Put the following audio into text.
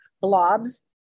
blobs